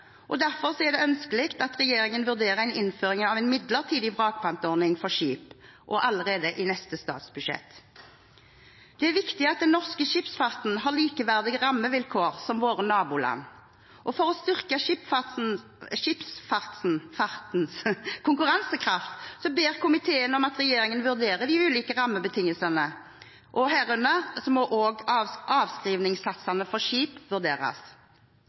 Derfor er det ønskelig at regjeringen vurderer en innføring av en midlertidig vrakpantordning for skip – og allerede i neste statsbudsjett. Det er viktig at den norske skipsfarten og våre naboland har likeverdige rammevilkår. For å styrke skipsfartens konkurransekraft ber komiteen om at regjeringen vurderer de ulike rammebetingelsene. Herunder må også avskrivningssatsene for skip vurderes.